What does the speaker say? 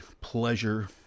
pleasure